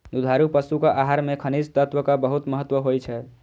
दुधारू पशुक आहार मे खनिज तत्वक बहुत महत्व होइ छै